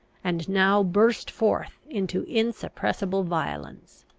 and now burst forth into insuppressible violence.